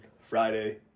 friday